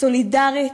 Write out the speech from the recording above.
סולידרית,